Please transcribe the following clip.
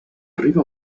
riba